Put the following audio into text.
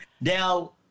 Now